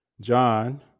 John